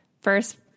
first